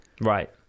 right